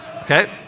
okay